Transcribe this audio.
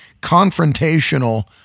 confrontational